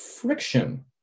friction